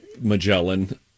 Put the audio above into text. Magellan